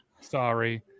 Sorry